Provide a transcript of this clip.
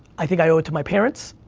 i think i owe it to my parents,